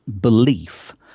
belief